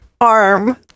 arm